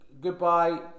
goodbye